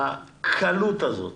הקלות הזאת